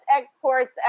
exports